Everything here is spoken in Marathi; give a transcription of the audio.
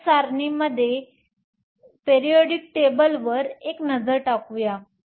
आवर्त सारणीवर एक नजर टाकूया